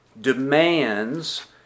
demands